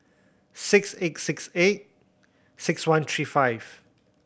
six eight six eight six one three five